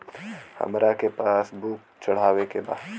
हमरा के passbook चढ़ावे के बा?